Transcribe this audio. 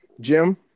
Jim